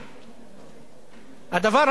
הדבר הנורא ביותר,